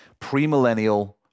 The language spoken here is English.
premillennial